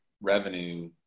revenue